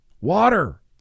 Water